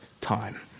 time